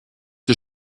ihr